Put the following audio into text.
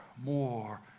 more